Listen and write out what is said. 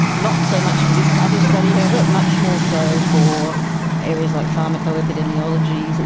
not so much for this type of study however, much more so for areas like pharmaco-epidemiology, so